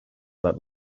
that